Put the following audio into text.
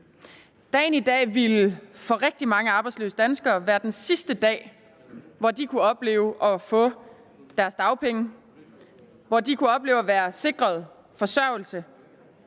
Dagen i dag ville for rigtig mange arbejdsløse danskere være den sidste dag, hvor de kunne opleve at få deres dagpenge, og hvor de kunne opleve at være sikret forsørgelse.